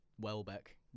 Welbeck